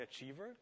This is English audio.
achiever